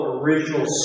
original